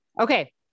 Okay